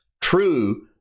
True